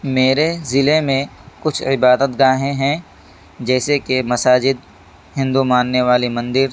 میرے ضلعے میں کچھ عبادت گاہیں ہیں جیسے کہ مساجد ہندو ماننے والے مندر